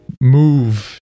move